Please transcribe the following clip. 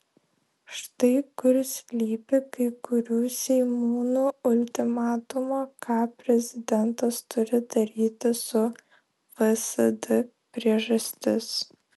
štai kur slypi kai kurių seimūnų ultimatumo ką prezidentas turi daryti su vsd priežastis